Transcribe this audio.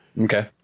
Okay